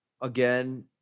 Again